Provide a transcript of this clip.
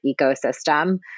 ecosystem